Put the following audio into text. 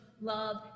love